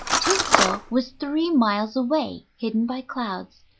tysdell was three miles away, hidden by clouds.